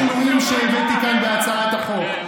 עם השינויים שהבאתי בהצעת החוק.